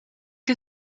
que